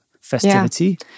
festivity